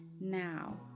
Now